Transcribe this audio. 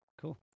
Cool